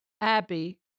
Abby